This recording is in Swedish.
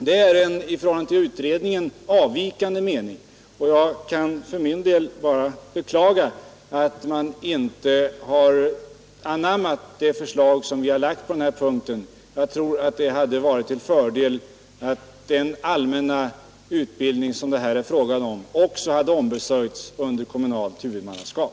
Det är en i förhållande till utredningens betänkande avvikande mening, och jag kan för min del bara beklaga att man inte har anammat det förslag som vi har lagt på den här punkten. Jag tror att det hade varit till fördel att den allmänna grundutbildning för invandrare som det här är fråga om i likhet med vad som gäller för den svenska befolkningen hade lagts under kommunalt huvudmannaskap.